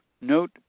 note